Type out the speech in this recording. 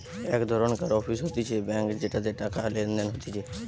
এক ধরণকার অফিস হতিছে ব্যাঙ্ক যেটাতে টাকা লেনদেন হতিছে